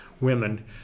women